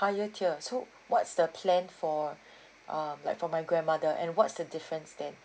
higher tier so what's the plan for um like for my grandmother and what's the difference then